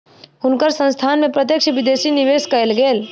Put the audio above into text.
हुनकर संस्थान में प्रत्यक्ष विदेशी निवेश कएल गेल